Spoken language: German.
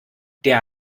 der